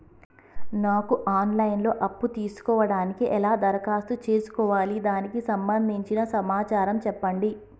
నాకు online లో అప్పు తీసుకోవడానికి ఎలా దరఖాస్తు చేసుకోవాలి దానికి సంబంధించిన సమాచారం చెప్పండి?